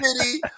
city